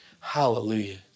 Hallelujah